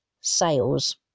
sales